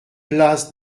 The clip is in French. place